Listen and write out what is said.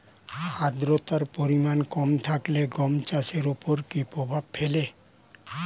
আদ্রতার পরিমাণ কম থাকলে গম চাষের ওপর কী প্রভাব ফেলে?